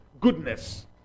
goodness